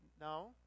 no